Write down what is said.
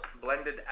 blended